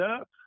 up